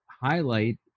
highlight